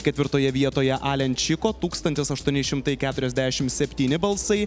ketvirtoje vietoje alenčiko tūkstantis aštuoni šimtai keturiasdešimt septyni balsai